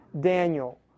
Daniel